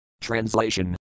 Translation